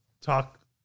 talk